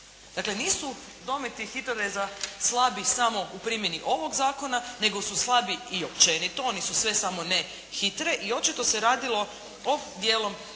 Dakle, nisu dometi HITRORez-a slabi samo u primjeni ovog zakona, nego su slabi i općenito. Oni su sve samo ne hitre i očito se radilo o dijelom